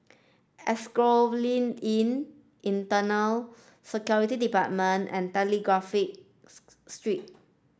Asphodel Inn Internal Security Department and Telegraph Street